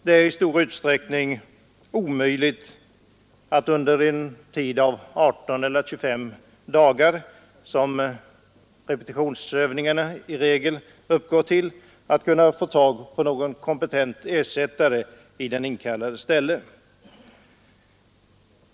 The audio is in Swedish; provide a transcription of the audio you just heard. Det är i stor utsträck ning omöjligt att under en tid av 18 eller 25 dagar, som repetionsöv ningarna i regel uppgår till, få tag på någon kompetent ersättare i den inkallade jordbrukarens ställe.